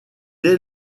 est